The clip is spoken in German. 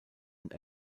und